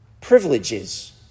privileges